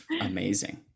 amazing